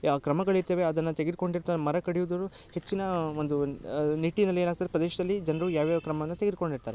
ಕ್ರಮಗಳು ಇರ್ತವೆ ಅದನ್ನ ತೆಗೆದ್ಕೊಂಡಿರ್ತಾರೆ ಮರ ಕಡಿಯುದುರು ಹೆಚ್ಚಿನ ಒಂದು ನಿಟ್ಟಿನಲ್ಲಿ ಏನಾಗ್ತದೆ ಪ್ರದೇಶದಲ್ಲಿ ಜನರು ಯಾವ್ಯಾವ ಕ್ರಮನ ತೆಗೆದುಕೊಂಡು ಇರ್ತಾರೆ